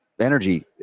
energy